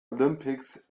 olympics